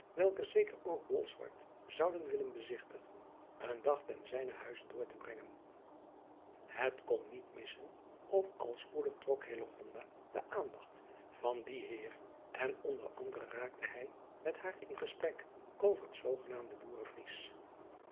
welke zeker ook olswerd zouden willen bezigtigen een dag ten zijnen huize door te brengen et kon niet missen of al spoedig trok de aandacht van dien eer en onder anderen raakte hij met haar in gesprek over het zoogenaamde oeren riesch